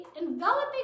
enveloping